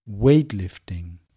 weightlifting